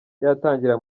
yatangira